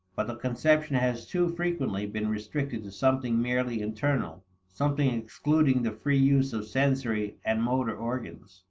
but the conception has too frequently been restricted to something merely internal something excluding the free use of sensory and motor organs.